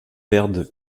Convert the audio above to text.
perdent